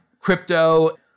crypto